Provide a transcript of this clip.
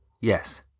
Yes